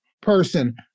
person